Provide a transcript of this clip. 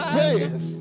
faith